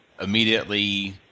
immediately